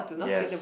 yes